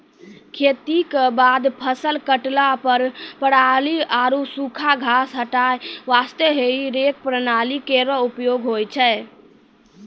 खेती क बाद फसल काटला पर पराली आरु सूखा घास हटाय वास्ते हेई रेक प्रणाली केरो उपयोग होय छै